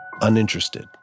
uninterested